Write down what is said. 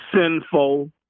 sinful